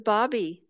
Bobby